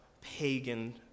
pagan